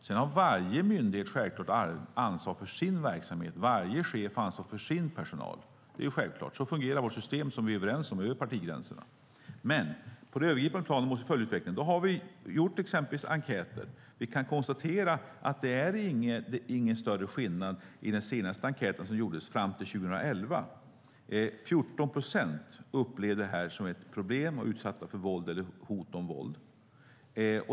Sedan har varje myndighet självfallet ansvar för sin verksamhet och varje chef ansvar för sin personal. Det är självklart. Så fungerar vårt system, som vi är överens om över partigränserna. Låt oss följa utvecklingen på det övergripande planet. Vi har exempelvis gjort enkäter, och vi kan konstatera att det inte är någon större skillnad i den senaste enkäten som gjordes fram till 2011. 14 procent upplevde detta som ett problem - de var utsatta för våld eller hot om våld.